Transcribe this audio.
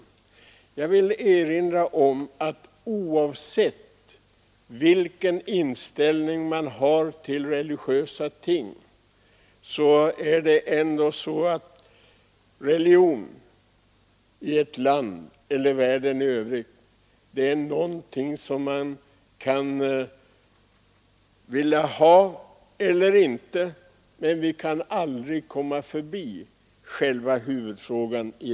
Oavsett vilken inställning man har till religiösa ting i ett land och i världen över huvud taget — religion är någonting som man kan vilja ha eller inte — kan man ändå aldrig komma förbi själva huvudfrågan.